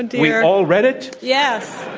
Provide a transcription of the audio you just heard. and we all read it. yes,